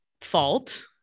fault